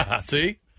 See